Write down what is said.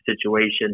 situation